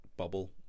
bubble